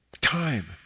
time